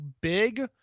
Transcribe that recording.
big